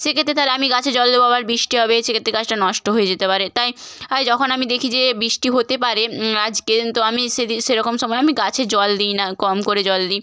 সেক্ষেত্রে তার আমি গাছে জল দেব আবার বৃষ্টি সেক্ষেত্রে গাছটা নষ্ট হয়ে যেতে পারে তাই তাই যখন আমি দেখি যে বৃষ্টি হতে পারে আজকে তো আমি সেরকম সময়ে আমি গাছে জল দিই না কম করে জল দিই